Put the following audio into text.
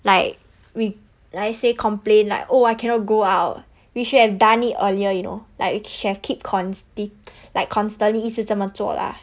like re~ like say complain like oh I cannot go out we should have done it earlier you know like should have keep constant like constantly 一直这么做 lah